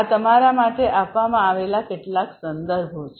આ તમારા માટે આપવામાં આવેલા કેટલાક સંદર્ભો છે